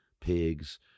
pigs